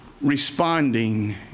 Responding